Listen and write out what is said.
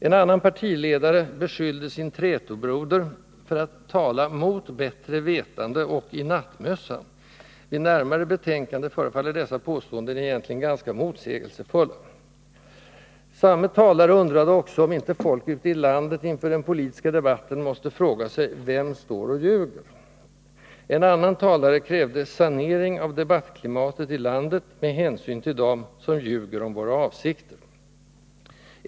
En annan partiledare beskyllde sin trätobroder för att ”tala mot bättre vetande och i nattmössan” — vid närmare betänkande förefaller dessa påståenden egentligen ganska motsägelsefulla. Samme talare undrade också om inte folk ute i landet inför den politiska debatten måste fråga sig: Vem står och ljuger? En annan talare krävde ”sanering av debattklimatet i landet” med hänsyn till ”dem som ljuger om våra avsikter”.